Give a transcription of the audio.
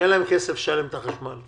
שאין להם כסף לשלם את החשמל.